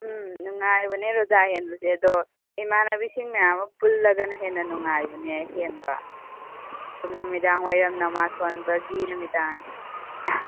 ꯅꯨꯉꯥꯏꯕꯅꯦ ꯔꯨꯖꯥ ꯍꯦꯟꯕꯁꯦ ꯑꯗꯣ ꯏꯃꯥꯅꯕꯤꯁꯤꯡ ꯃꯌꯥꯝ ꯑꯃ ꯄꯨꯜꯂꯒꯅ ꯍꯦꯟꯅ ꯅꯨꯉꯥꯏꯕꯅꯦ ꯍꯦꯟꯕ ꯑꯗꯨꯝ ꯅꯨꯃꯤꯗꯥꯡ ꯋꯥꯏꯔꯝ ꯅꯃꯥꯖ ꯁꯣꯟꯕꯒꯤ ꯅꯨꯃꯤꯗꯥꯡ